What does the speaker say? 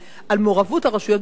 על מעורבות הרשויות בהקמתם.